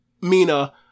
Mina